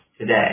today